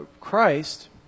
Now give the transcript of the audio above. Christ